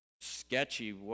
sketchy